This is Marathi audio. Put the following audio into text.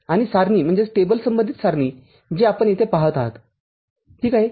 आणि सारणी संबंधित सारणी जी आपण येथे पहात आहात ठीक आहे